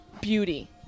beauty